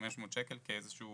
ה-7,500 שקל כאיזה שהוא